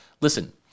listen